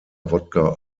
wodka